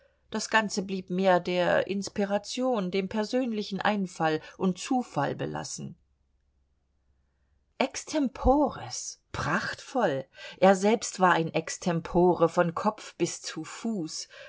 das ganze blieb mehr der inspiration dem persönlichen einfall und zufall belassen extempores prachtvoll er selbst war ein extempore von kopf bis zu fuß